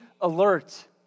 alert